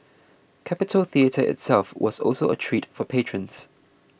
Capitol Theatre itself was also a treat for patrons